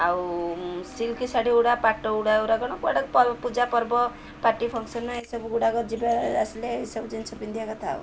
ଆଉ ସିଲ୍କ ଶାଢ଼ୀ ଗୁଡ଼ା ପାଟ ଗୁଡ଼ା କ'ଣ ପୂଜା ପର୍ବ ପାର୍ଟି ଫଙ୍କସନ୍ ଏସବୁ ଗୁଡ଼ାକ ଯିବା ଆସିଲେ ଏସବୁ ଜିନିଷ ପିନ୍ଧିବା କଥା ଆଉ